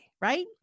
right